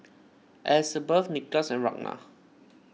Elisabeth Nicolas and Ragna